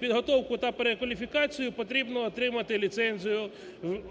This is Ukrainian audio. підготовку та перекваліфікацію потрібно отримати ліцензію